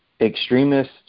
extremist